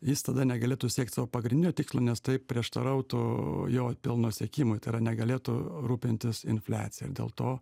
jis tada negalėtų siekt savo pagrindinio tikslo nes tai prieštarautų jo pelno siekimui tai yra negalėtų rūpintis infliacija ir dėl to